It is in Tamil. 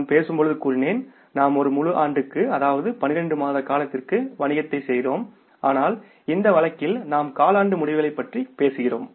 நான் பேசும் பொழுது கூறினேன் நாம் ஒரு முழு ஆண்டுஅதாவது 12 மாத காலத்திற்கு வணிகத்தை செய்தோம் ஆனால் இந்த வழக்கில் நாம் காலாண்டு முடிவுகளைப் பற்றி பேசுகிறோம்